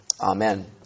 Amen